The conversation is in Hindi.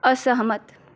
असहमत